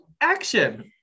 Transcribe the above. Action